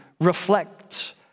reflect